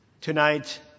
tonight